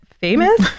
famous